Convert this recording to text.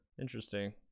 Interesting